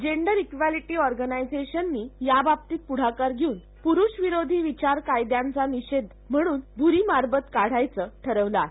gender equality ऑरगनायजेशनं याबाबतीत पुढाकार घेऊन प्रुषविरोधी विचार कायद्याचा विरोध म्हणून भूरी मारबत काढण्याचं ठरवलं आहे